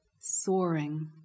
soaring